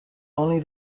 only